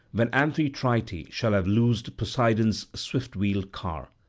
when amphitrite shall have loosed poseidon's swift-wheeled car.